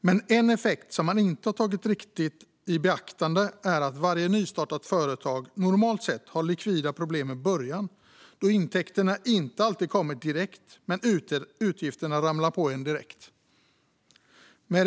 Men en effekt som man inte riktigt har tagit i beaktande är att varje nystartat företag normalt sett har likvida problem i början då intäkterna inte alltid kommer direkt men utgifterna ramlar på en direkt.